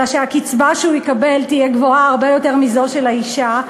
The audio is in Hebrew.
אלא שהקצבה שהוא יקבל תהיה גבוהה הרבה יותר מזו של האישה.